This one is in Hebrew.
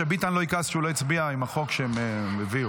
שביטן לא יכעס שהוא לא הצביע עם החוק שהם הביאו.